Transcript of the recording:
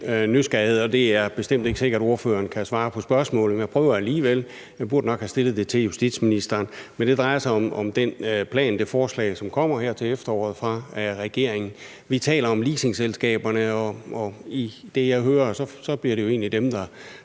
det er bestemt ikke sikkert, at ordføreren kan svare på spørgsmålet, men jeg prøver alligevel; jeg burde nok have stillet det til justitsministeren. Men det drejer sig om det forslag, som kommer her til efteråret fra regeringen. Vi taler om leasingselskaberne, og ud fra det, jeg hører, bliver det jo egentlig dem, der